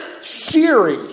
Siri